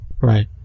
Right